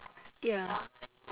ya